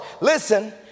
Listen